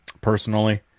personally